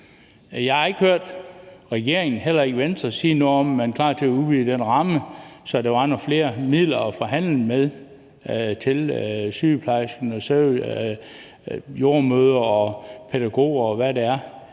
heller ikke Venstre sige noget om, at man er klar til at udvide den ramme, så der var nogle flere midler at forhandle med til sygeplejersker, jordemødre, pædagoger,